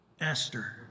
Esther